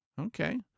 Okay